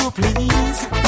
Please